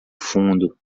fundo